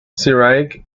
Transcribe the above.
syriac